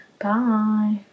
Bye